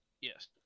Yes